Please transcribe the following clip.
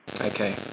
Okay